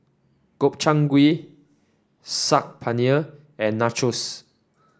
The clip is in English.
Gobchang Gui Saag Paneer and Nachos